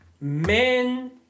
men